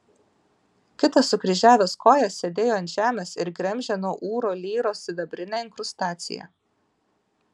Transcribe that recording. kitas sukryžiavęs kojas sėdėjo ant žemės ir gremžė nuo ūro lyros sidabrinę inkrustaciją